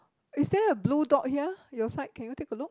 is there a blue dot here your side can you take a look